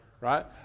right